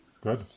Good